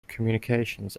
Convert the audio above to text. communications